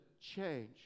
change